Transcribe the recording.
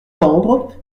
vendre